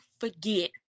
forget